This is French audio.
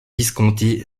visconti